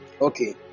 okay